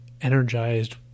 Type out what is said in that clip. energized